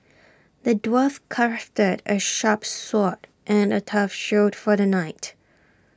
the dwarf crafted A sharp sword and A tough shield for the knight